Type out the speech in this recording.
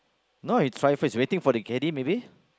no you try first waiting for the carry maybe